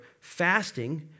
fasting